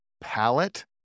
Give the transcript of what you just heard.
palette